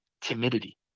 timidity